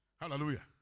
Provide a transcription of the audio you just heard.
Hallelujah